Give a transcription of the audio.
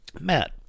Matt